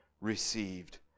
received